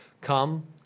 Come